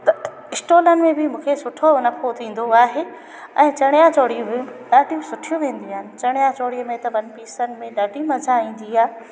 त स्टॉलनि में बि मूंखे सुठो नफ़ो थींदो आहे ऐं चणिया चोलियूं बि ॾाढियूं सुठियूं वेंदियूं आहिनि चणिया चोलीअ में त वन पीसनि में ॾाढी मज़ा ईंदी आहे